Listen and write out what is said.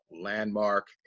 landmark